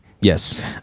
Yes